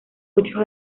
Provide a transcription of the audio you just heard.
ocho